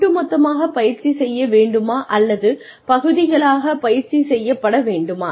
ஒட்டுமொத்தமாகப் பயிற்சி செய்ய வேண்டுமா அல்லது பகுதிகளாக பயிற்சி செய்யப்பட வேண்டுமா